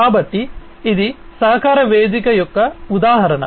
కాబట్టి ఇది సహకార వేదిక యొక్క ఉదాహరణ